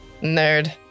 Nerd